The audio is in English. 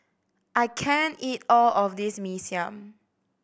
I can't eat all of this Mee Siam